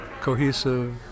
cohesive